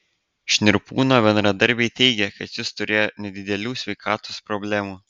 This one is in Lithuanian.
šnirpūno bendradarbiai teigė kad jis turėjo nedidelių sveikatos problemų